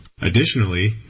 Additionally